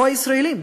לא הישראלים,